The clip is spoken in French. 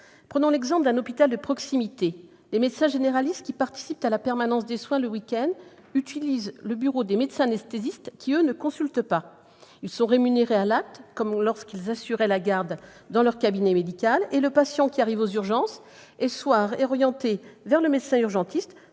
Prenons l'exemple d'un hôpital de proximité. Les médecins généralistes participant à la permanence des soins le week-end utilisent le bureau des médecins anesthésistes, qui, eux, ne consultent pas ; ils sont rémunérés à l'acte, comme lorsqu'ils assuraient la garde dans leur cabinet médical, et le patient qui arrive aux urgences est orienté soit vers le médecin urgentiste,